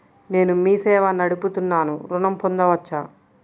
నేను మీ సేవా నడుపుతున్నాను ఋణం పొందవచ్చా?